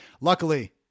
Luckily